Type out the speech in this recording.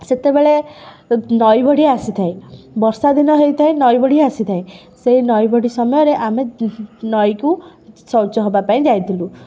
ସେତେବେଳେ ନଈ ବଢ଼ି ଆସିଥାଏ ବର୍ଷା ଦିନ ହେଇଥାଏ ନଈ ବଢ଼ି ଆସିଥାଏ ସେଇ ନଈ ବଢ଼ି ସମୟରେ ଆମେ ନଈକୁ ଶୌଚ ହେବା ପାଇଁ ଯାଇଥିଲୁ